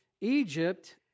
Egypt